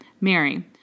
Mary